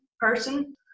person